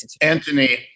Anthony